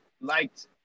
liked